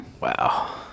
Wow